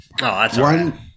one